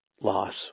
loss